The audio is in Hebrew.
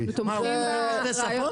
אנחנו תומכים ברעיון --- מדברים בשתי שפות?